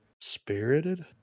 Spirited